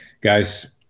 guys